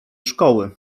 szkoły